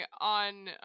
on